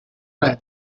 red